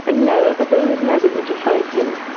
and no, but there is nobody to fight him.